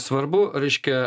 svarbu reiškia